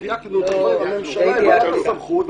הממשלה היא בעלת הסמכות,